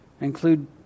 include